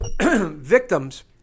victims